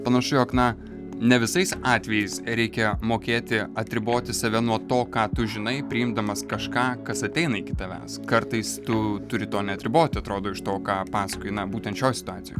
panašu jog na ne visais atvejais reikia mokėti atriboti save nuo to ką tu žinai priimdamas kažką kas ateina iki tavęs kartais tu turi to neatriboti atrodo iš to ką paskoji na būtent šioj situacijoj